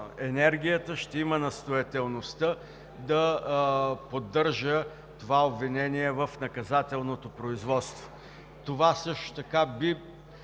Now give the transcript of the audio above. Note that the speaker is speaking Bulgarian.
енергията, ще има настоятелността да поддържа това обвинение в наказателното производство. Това също така би